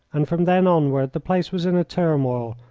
and from then onward the place was in a turmoil,